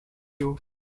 you